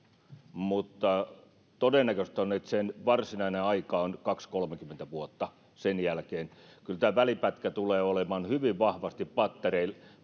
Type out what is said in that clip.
mutta todennäköistä on että sen varsinainen aika on kaksikymmentä viiva kolmekymmentä vuotta sen jälkeen kyllä tämä välipätkä tulee olemaan hyvin vahvasti pattereilla